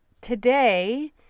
today